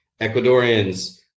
Ecuadorians